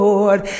Lord